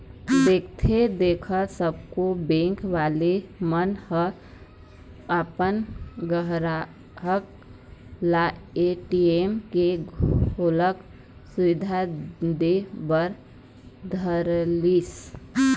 देखथे देखत सब्बो बेंक वाले मन ह अपन गराहक ल ए.टी.एम के घलोक सुबिधा दे बर धरलिस